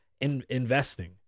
investing